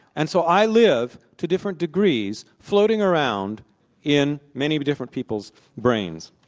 and so i live to different degrees, floating around in many different people's brains.